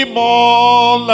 more